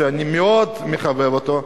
שאני מאוד מחבב אותו,